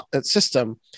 system